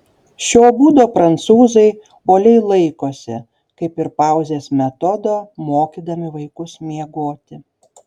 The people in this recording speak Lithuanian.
šio būdo prancūzai uoliai laikosi kaip ir pauzės metodo mokydami vaikus miegoti